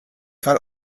fall